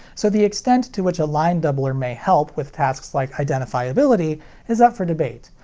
so the extent to which a line doubler may help with tasks like identifiability is up for debate,